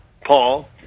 Paul